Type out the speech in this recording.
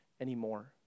anymore